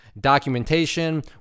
documentation